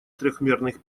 трёхмерных